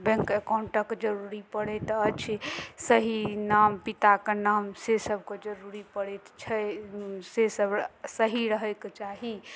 bank अकाउंटक जरूरी पड़ैत अछि सही नाम पिताके नाम से सबके जरूरी पड़ैत छै से सब सही रहयके चाही